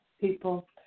people